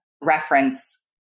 reference